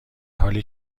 حالی